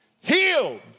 healed